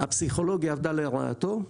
הפסיכולוגיה עבדה לרעתו,